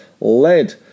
Lead